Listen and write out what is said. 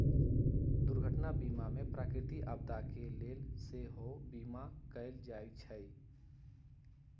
दुर्घटना बीमा में प्राकृतिक आपदा के लेल सेहो बिमा कएल जाइ छइ